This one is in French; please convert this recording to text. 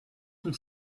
son